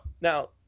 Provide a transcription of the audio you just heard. now